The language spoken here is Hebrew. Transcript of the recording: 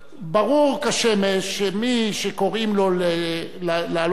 ברור כשמש שמי שקוראים לו לעלות לדוכן